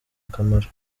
akamaro